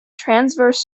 transverse